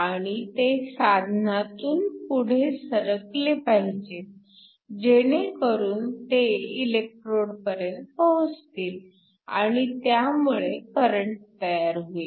आणि ते साधनातून पुढे सरकले पाहिजेत जेणेकरून ते इलेकट्रोडपर्यंत पोहचतील आणि त्यामुळे करंट तयार होईल